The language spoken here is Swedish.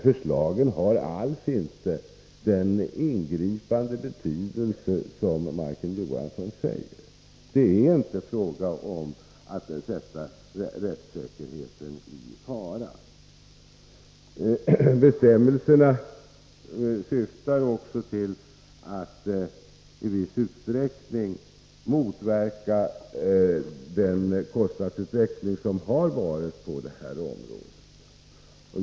Förslaget har alls inte den ingripande betydelse som Majken Johansson påstår. Rättssäkerheten är inte i fara. Bestämmelserna syftar också till att i viss utsträckning motverka kostnadsutvecklingen på detta område.